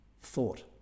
thought